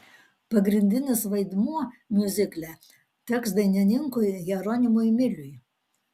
pagrindinis vaidmuo miuzikle teks dainininkui jeronimui miliui